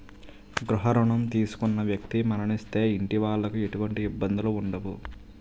గృహ రుణం తీసుకున్న వ్యక్తి మరణిస్తే ఇంటి వాళ్లకి ఎటువంటి ఇబ్బందులు ఉండవు